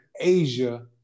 Asia